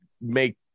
make